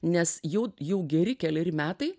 nes jau jau geri keleri metai